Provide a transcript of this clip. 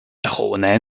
roh